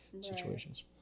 situations